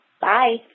Bye